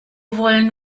wollen